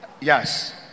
Yes